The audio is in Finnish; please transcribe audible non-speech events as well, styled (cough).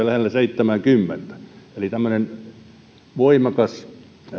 (unintelligible) lähellä seitsemääkymmentä eli tämmöinen voimakas